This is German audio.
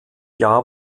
jahr